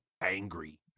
angry